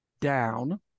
down